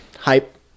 hype